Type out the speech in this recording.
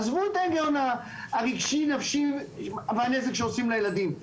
עזבו את ההיגיון הרגשי נפשי והנזק שעושים לילדים,